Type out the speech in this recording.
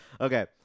Okay